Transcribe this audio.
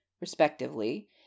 respectively